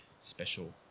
special